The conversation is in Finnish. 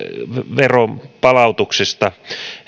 veronpalautuksesta